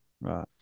Right